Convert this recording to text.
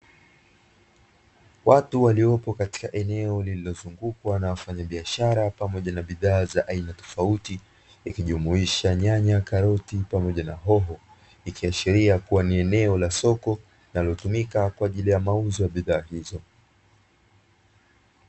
Watu walioko katika eneo lililo zungukwa na wafanya biashara pamoja na bidhaa za aina tofauti ikijumuisha nyanya, karoti pamoja na hoho ikiashiria kuwa ni eneo la soko linalotumika kwa ajili ya mauzo ya bidhaa hizo.